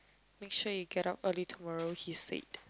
make sure you get up early tomorrow he said